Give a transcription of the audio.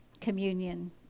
communion